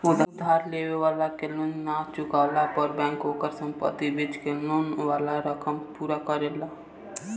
उधार लेवे वाला के लोन ना चुकवला पर बैंक ओकर संपत्ति बेच के लोन वाला रकम पूरा करेला